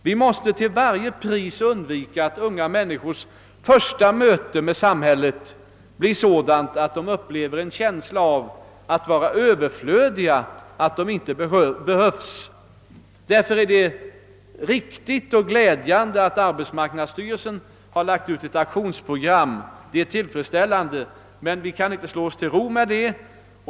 Vi måste till varje pris undvika att unga människors första möte med samhället blir sådant, att de upplever en känsla av att vara öÖöverflödiga, att inte behövas. Därför är det riktigt och glädjande att arbetsmarknadsstyrelsen har lagt ut ett aktionsprogram, men vi kan inte slå oss till ro med det.